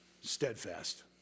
Steadfast